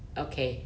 okay